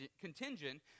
contingent